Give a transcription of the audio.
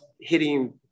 hitting